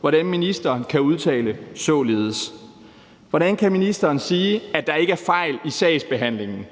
hvordan ministeren kan udtale således. Hvordan kan ministeren sige, at der ikke er fejl i sagsbehandlingen,